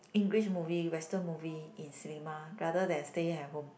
English movie western movie in cinema rather than staying at home